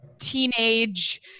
teenage